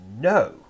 no